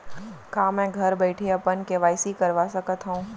का मैं घर बइठे अपन के.वाई.सी करवा सकत हव?